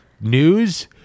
news